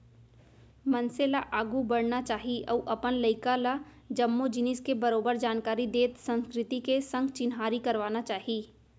मनसे ल आघू बढ़ना चाही अउ अपन लइका ल जम्मो जिनिस के बरोबर जानकारी देत संस्कृति के संग चिन्हारी करवाना चाही